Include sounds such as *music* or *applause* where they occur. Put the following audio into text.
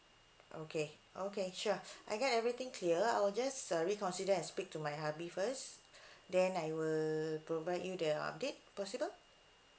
okay okay sure *breath* I get everything clear I'll just uh reconsider and speak to my hubby first *breath* then I will provide you the update possible